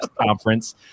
conference